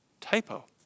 Typo